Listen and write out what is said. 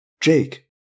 Jake